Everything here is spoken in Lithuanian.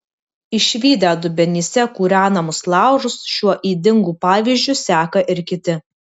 išvydę dubenyse kūrenamus laužus šiuo ydingu pavyzdžiu seka ir kiti